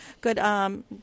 good